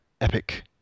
epic